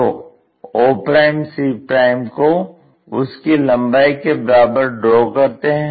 तो o c को उसकी लंबाई के बराबर ड्रॉ करते हैं